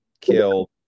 killed